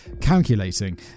calculating